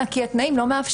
אלא כי התנאים לא מאפשרים.